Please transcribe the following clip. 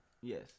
Yes